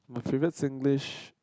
my favourite Singlish